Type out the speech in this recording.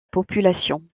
population